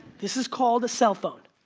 this is called a cell phone.